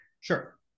Sure